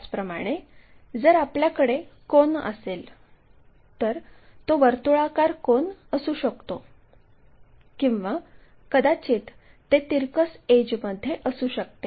त्याचप्रमाणे जर आपल्याकडे कोन असेल तर तो वर्तुळाकार कोन असू शकतो किंवा कदाचित ते तिरकस एड्जमध्ये असू शकते